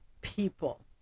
people